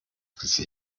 gesicht